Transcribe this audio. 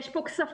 יש פה כספים,